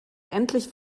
endlich